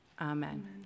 Amen